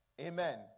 Amen